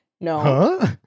No